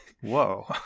Whoa